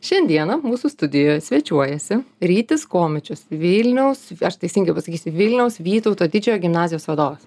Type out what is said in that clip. šiandieną mūsų studijoj svečiuojasi rytis komičius vilniaus ar teisingai pasakysiu vilniaus vytauto didžiojo gimnazijos vadovas